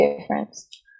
difference